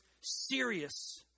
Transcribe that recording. serious